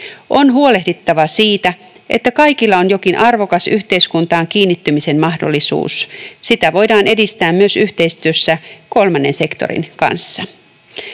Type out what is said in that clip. On huolehdittava siitä, että kaikilla on jokin arvokas yhteiskuntaan kiinnittymisen mahdollisuus. Sitä voidaan edistää myös yhteistyössä kolmannen sektorin kanssa.